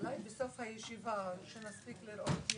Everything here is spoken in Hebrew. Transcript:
אולי בסוף הישיבה, שנספיק לראות.